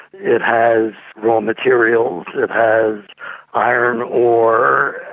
it has raw materials, it has iron ore,